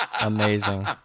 Amazing